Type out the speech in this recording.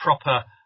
proper